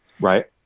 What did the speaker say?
Right